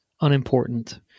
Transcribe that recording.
unimportant